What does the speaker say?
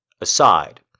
aside